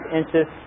inches